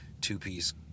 two-piece